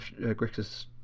Grixis